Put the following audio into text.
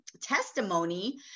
testimony